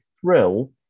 thrill